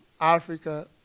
Africa